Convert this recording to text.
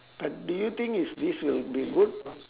but do you think is this will be good